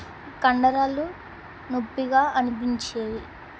కండరాలు నొప్పిగా అనిపించేవి